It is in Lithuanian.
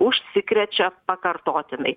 užsikrečia pakartotinai